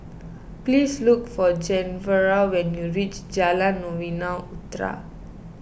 please look for Genevra when you reach Jalan Novena Utara